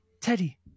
Teddy